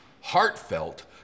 heartfelt